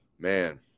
Man